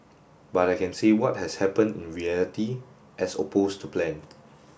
but I can say what has happened in reality as opposed to plan